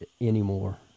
anymore